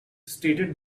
stated